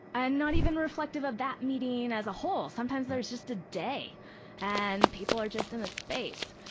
and not even reflective of that meeting as a whole. sometimes there's just a day and people are just in a space.